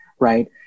Right